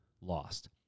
lost